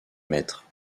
maître